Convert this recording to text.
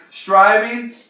striving